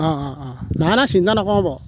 অ' অ' অ' না না চিন্তা নকৰো বাৰু